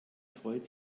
freut